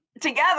together